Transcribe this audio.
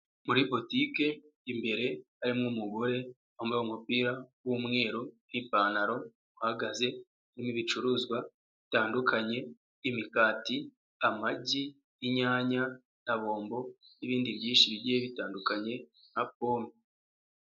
Muri boutique, imbere harimo umugore wambaye umupira w'umweru n'ipantaro, uhagaze, harimo ibicuruzwa bitandukanye, imikati, amagi, inyanya na bombo, n'ibindi byinshi bigiye bitandukanye nka pome.